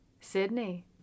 Sydney